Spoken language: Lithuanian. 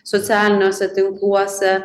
socialiniuose tinkluose